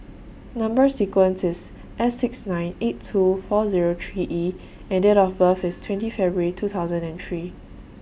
Number sequence IS S six nine eight two four Zero three E and Date of birth IS twenty February two thousand and three